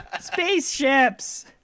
Spaceships